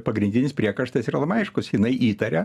pagrindinis priekaištas yra labai aiškus jinai įtaria